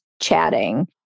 chatting